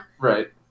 right